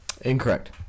incorrect